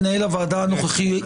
מנהל הוועדה הנוכחי,